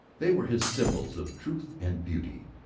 they were his symbols of truth and beauty.